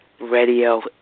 radio